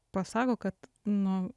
pasako kad nu